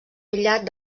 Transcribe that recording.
aïllat